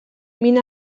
min